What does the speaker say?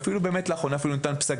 ולאחרונה אפילו ניתן פסק